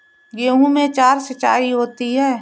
गेहूं में चार सिचाई होती हैं